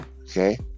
okay